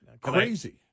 Crazy